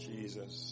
Jesus